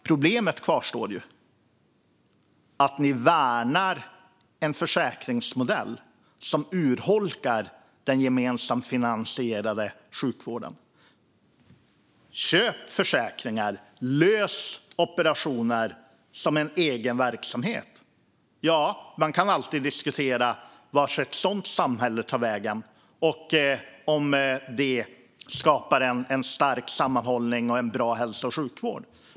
Problemet kvarstår: Ni värnar en försäkringsmodell som urholkar den gemensamt finansierade sjukvården. Man kan alltid diskutera vart det samhälle tar vägen där man kan köpa försäkringar som löser operationer genom att bedriva en egen verksamhet. Skapar det stark sammanhållning och bra hälso och sjukvård?